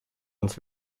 ans